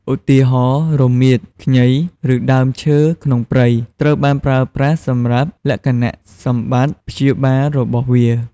ឧទាហរណ៍៖ រមៀត ខ្ញី ឬដើមឈើក្នុងព្រៃ ត្រូវបានប្រើប្រាស់សម្រាប់លក្ខណៈសម្បត្តិព្យាបាលរបស់វា។